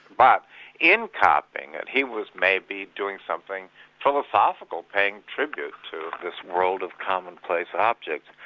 but in copying it he was maybe doing something philosophical paying tribute to this world of commonplace objects.